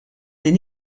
din